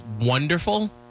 wonderful